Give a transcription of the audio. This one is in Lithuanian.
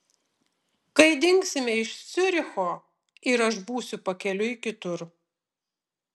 kai dingsime iš ciuricho ir aš būsiu pakeliui kitur